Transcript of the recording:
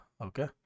Okay